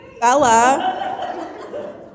Bella